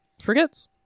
forgets